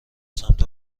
سمت